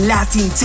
Latin